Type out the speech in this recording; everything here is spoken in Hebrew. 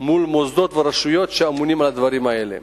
מול המוסדות והרשויות שאמונים על הדברים האלה.